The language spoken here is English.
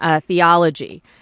theology